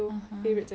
movie dia banyak kali